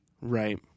Right